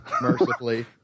Mercifully